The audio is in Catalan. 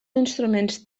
instruments